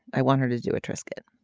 i want her to do a triscuit,